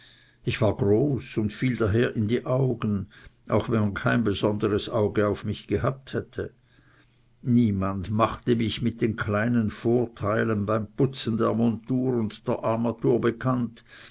ich war groß und fiel daher in die augen auch wenn man kein besonderes auge auf mich gehabt hätte niemand machte mich mit den kleinen vorteilen beim putzen der montur und armatur bekannt